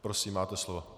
Prosím, máte slovo.